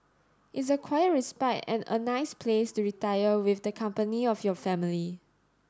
it's a quiet respite and a nice place to retire with the company of your family